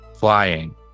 flying